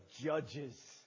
Judges